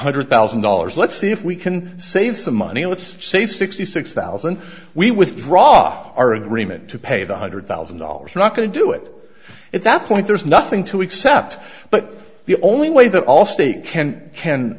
hundred thousand dollars let's see if we can save some money let's save sixty six thousand we withdraw our agreement to pay one hundred thousand dollars are not going to do it at that point there's nothing to accept but the only way that allstate can can